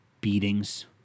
beatings